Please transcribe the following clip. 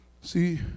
See